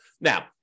Now